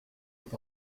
with